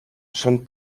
són